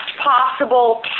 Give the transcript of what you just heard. possible